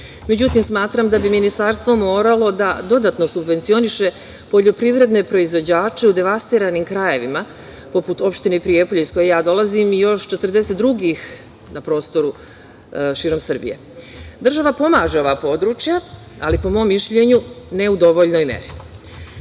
pohvalu.Međutim, smatram da bi Ministarstvo moralo da dodatno subvencioniše poljoprivredne proizvođače u devastiranim krajevima poput opštine Prijepolje iz koje ja dolazim i još 42 na prostoru širom Srbije. Država pomaže ova područja, ali po mom mišljenju ne u dovoljnoj meri. Zakon